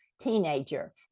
teenager